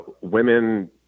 women